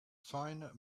fine